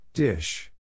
Dish